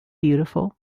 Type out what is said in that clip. beautiful